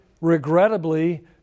regrettably